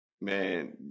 man